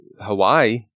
Hawaii